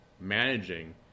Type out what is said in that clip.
managing